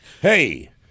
Hey